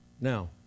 Now